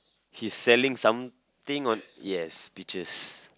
he's selling something on yes beaches